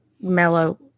mellow